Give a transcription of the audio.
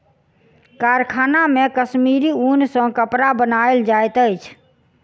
कारखाना मे कश्मीरी ऊन सॅ कपड़ा बनायल जाइत अछि